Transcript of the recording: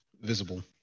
visible